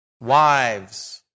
wives